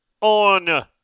on